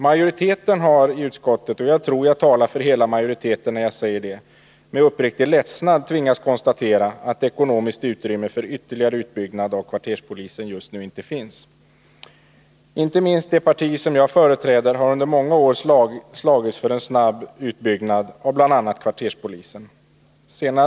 Majoriteten i utskottet, och jag tror jag talar för hela majoriteten när jag säger det, har med uppriktig ledsnad tvingats konstatera att det inte finns något ekonomiskt utrymme för en ytterligare utbyggnad av kvarterspolisen just nu. Inte minst det parti som jag företräder har under många år slagits för en snabb utbyggnad av bl.a. kvarterspolisen.